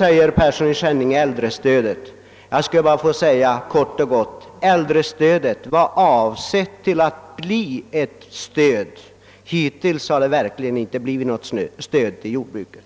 Herr Persson i Skänninge hänvisar till äldrestödet. Jag vill bara kort och gott säga, att äldrestödet var avsett att bli ett stöd. Hittills har det verkligen inte blivit något stöd till jordbruket.